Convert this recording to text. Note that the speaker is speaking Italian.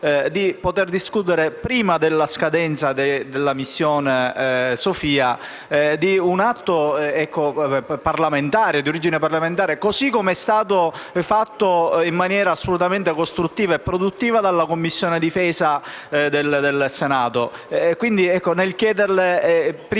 di discutere, prima della scadenza della missione Sophia, un atto di origine parlamentare, così come è stato fatto, in maniera assolutamente costruttiva e produttiva, dalla Commissione difesa del Senato.